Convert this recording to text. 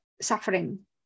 suffering